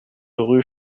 rue